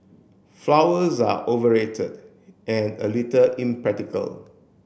flowers are overrated and a little impractical